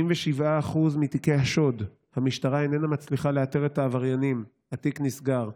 ב-77% מתיקי השוד המשטרה איננה מצליחה לאתר את העבריינים והתיק נסגר.